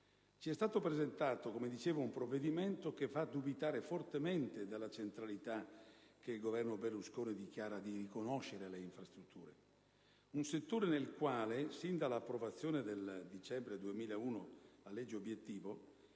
Ci è stato presentato - come ho detto - un provvedimento che fa dubitare fortemente della centralità che il Governo Berlusconi dichiara di riconoscere alle infrastrutture; un settore nel quale, sin dall'approvazione nel dicembre 2001 della legge obiettivo,